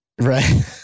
right